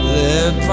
let